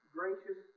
gracious